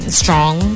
strong